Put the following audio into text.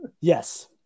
yes